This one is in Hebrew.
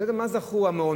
אני לא יודע מה זכו המעונות,